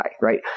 right